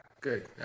good